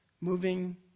moving